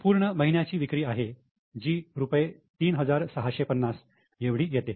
ही पूर्ण महिन्याची विक्री आहे जी रुपये 3650 एवढी येते